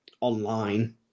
online